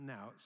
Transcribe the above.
Now